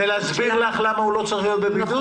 ולהסביר לך למה הוא לא צריך להיות בבידוד?